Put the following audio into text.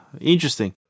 Interesting